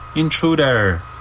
Intruder